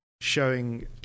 showing